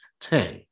Ten